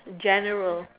general